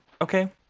okay